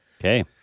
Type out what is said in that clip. Okay